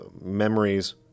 memories